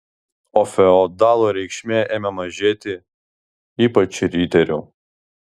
o feodalų reikšmė ėmė mažėti ypač riterių